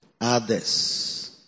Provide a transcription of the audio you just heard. others